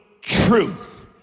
truth